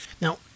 Now